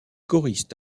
choriste